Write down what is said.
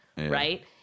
right